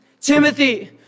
Timothy